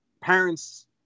parents